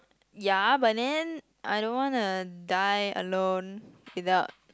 ya but then I don't want to die alone without